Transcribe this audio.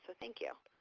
thank you.